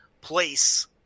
place